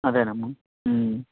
అదే అమ్మ